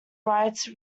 rights